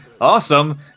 awesome